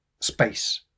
Space